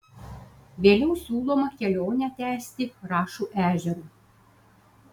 vėliau siūloma kelionę tęsti rašų ežeru